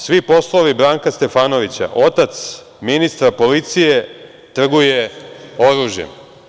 Svi poslovi Branka Stefanovića, otac ministra policije trguje oružjem.